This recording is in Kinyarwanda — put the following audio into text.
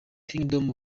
kingdom